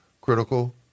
critical